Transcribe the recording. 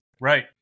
Right